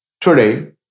Today